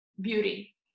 beauty